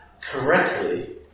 correctly